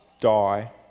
die